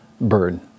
bird